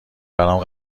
برام